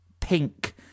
pink